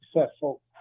successful